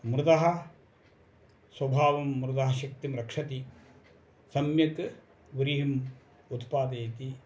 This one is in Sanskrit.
मृदः स्वभावं मृदः शक्तिं रक्षति सम्यक् व्रीहिम् उत्पादयति